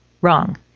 Wrong